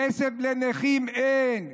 כסף לנכים אין,